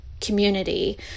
community